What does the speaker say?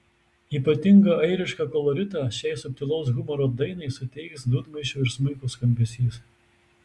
ypatingą airišką koloritą šiai subtilaus humoro dainai suteiks dūdmaišio ir smuiko skambesys